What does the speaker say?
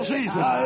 Jesus